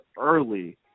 early